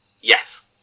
Yes